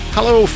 Hello